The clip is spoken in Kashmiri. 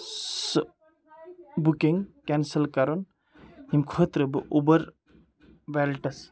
سُہ بُکِنٛگ کٮ۪نسَل کَرُن ییٚمہِ خٲطرٕ بہٕ اُبَر ویلٹٮ۪س